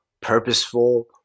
purposeful